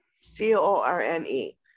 C-O-R-N-E